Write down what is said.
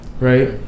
right